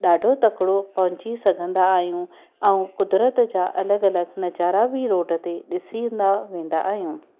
ॾाढो तकिड़ो पहुची सघंदा आहियूं ऐं कुदरत जा अलॻि अलॻि नज़ारा बि रोड ते ॾिसींदा वेंदा आहियूं